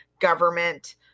government